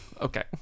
Okay